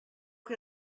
que